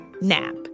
NAP